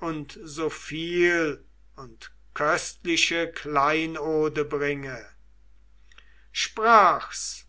und so viel und köstliche kleinode bringe sprach's